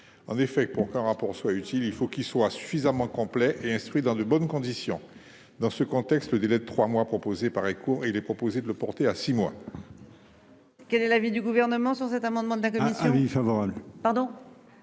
En effet, pour qu'un rapport soit utile, il faut qu'il soit complet et instruit dans de bonnes conditions. Dans ce contexte, le délai de trois mois proposé paraît court ; il est donc proposé de le porter à six mois.